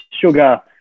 sugar